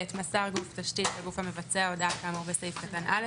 מסר גוף תשתית לגוף המבצע הודעה כאמור בסעיף קטן (א),